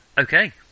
Okay